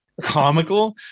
comical